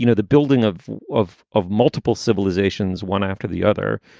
you know the building of of of multiple civilizations, one after the other.